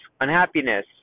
unhappiness